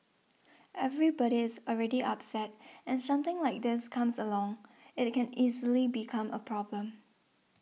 everybody is already upset and something like this comes along it can easily become a problem